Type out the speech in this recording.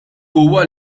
huwa